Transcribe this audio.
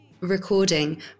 recording